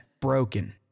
broken